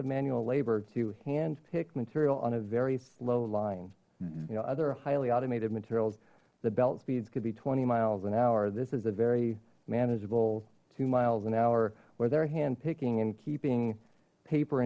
of manual labor to hand pick material on a very slow line you know other highly automated materials the belt speeds could be twenty miles an hour this is a very manageable two miles an hour where they're hand picking and keeping paper